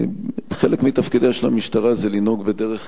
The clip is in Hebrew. חלק מתפקידיה של המשטרה זה לנהוג בדרך